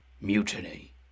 Mutiny